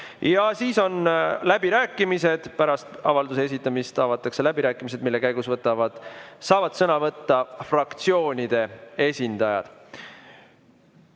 Ja siis on läbirääkimised. Pärast avalduse esitamist avatakse läbirääkimised, mille käigus saavad sõna võtta fraktsioonide esindajad. Aga